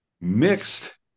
mixed